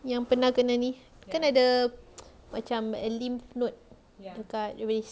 yang pernah kena ni kan ada macam a lymph node dekat wrist